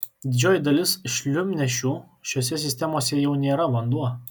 didžioji dalis šilumnešių šiose sistemose jau nėra vanduo